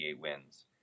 wins